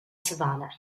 savannah